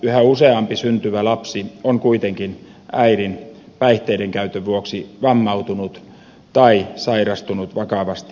yhä useampi syntyvä lapsi on kuitenkin äidin päihteiden käytön vuoksi vammautunut tai sairastunut vakavasti